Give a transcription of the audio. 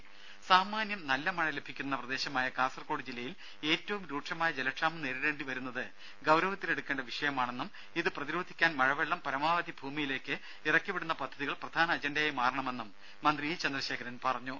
ദേദ സാമാന്യം നല്ല മഴ ലഭിക്കുന്ന പ്രദേശമായ കാസർകോട് ജില്ലയിൽ ഏറ്റവും രൂക്ഷമായ ജലക്ഷാമം നേരിടേണ്ടി വരുന്നത് ഗൌരവത്തിലെടുക്കേണ്ട വിഷയമാണെന്നും ഇത് പ്രതിരോധിക്കാൻ മഴവെള്ളം പരമാവധി ഭൂമിയിലേക്ക് ഇറക്കി വിടുന്ന പദ്ധതികൾ പ്രധാന അജണ്ടയായി മാറണമെന്നും മന്ത്രി ഇ ചന്ദ്രശേഖരൻ പറഞ്ഞു